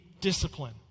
discipline